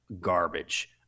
garbage